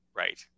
Right